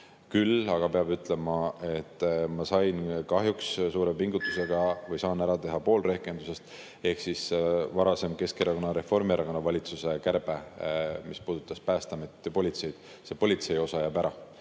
Küll aga peab ütlema, et ma sain kahjuks suure pingutusega ära teha pool rehkendusest. Varasem Keskerakonna ja Reformierakonna valitsuse kärbe, mis puudutas Päästeametit ja politseid – see politsei osa jääb ära,